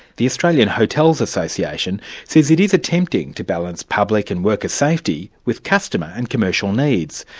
the australian hotels association says it is attempting to balance public and workers' safety with customer and commercial needs.